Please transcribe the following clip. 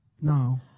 No